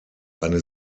eine